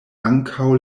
ankaŭ